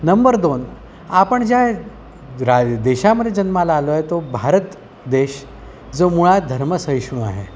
number दोन आपण ज्या रा देशामध्ये जन्माला आलो आहे तो भारत देश जो मुळात धर्म सहिष्णू आहे